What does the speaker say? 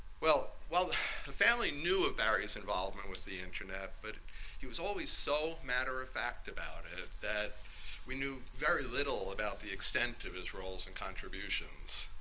well, the family knew of barry's involvement with the internet but he was always so matter of fact about it that we knew very little about the extent of his roles and contributions.